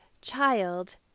child